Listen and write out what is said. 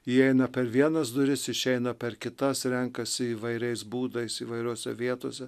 įeina per vienas duris išeina per kitas renkasi įvairiais būdais įvairiose vietose